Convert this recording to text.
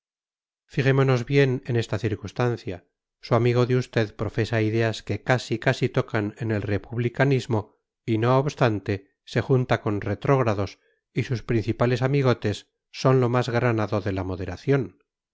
politiquea fijémonos bien en esta circunstancia su amigo de usted profesa ideas que casi casi tocan en el republicanismo y no obstante se junta con retrógrados y sus principales amigotes son lo más granado de la moderación